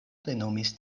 plenumis